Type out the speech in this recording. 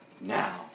now